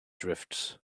drifts